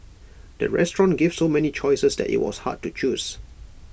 the restaurant gave so many choices that IT was hard to choose